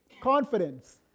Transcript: confidence